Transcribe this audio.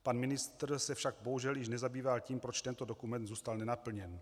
Pan ministr se však bohužel již nezabýval tím, proč tento dokument zůstal nenaplněn.